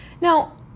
Now